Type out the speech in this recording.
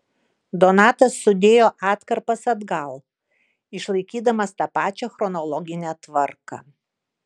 donatas sudėjo atkarpas atgal išlaikydamas tą pačią chronologinę tvarką